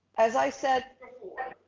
as i said before,